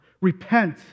Repent